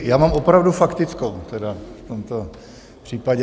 Já mám opravdu faktickou v tomto případě.